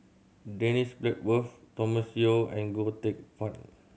Dennis Bloodworth Thomas Yeo and Goh Teck Phuan